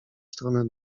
stronę